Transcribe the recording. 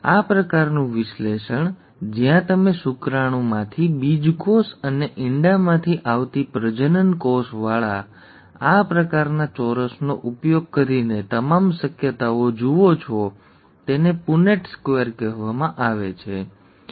આ પ્રકારનું વિશ્લેષણ જ્યાં તમે શુક્રાણુમાંથી બીજકોષ અને ઇંડામાંથી આવતી પ્રજનનકોષવાળા આ પ્રકારના ચોરસનો ઉપયોગ કરીને તમામ શક્યતાઓ જુઓ છો તેને પુનેટ સ્ક્વેર કહેવામાં આવે છે ઠીક છે